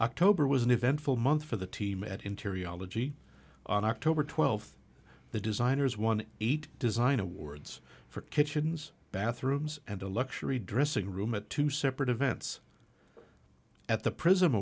october was an eventful month for the team at interior ology on october twelfth the designers won eight design awards for kitchens bathrooms and a luxury dressing room at two separate events at the prism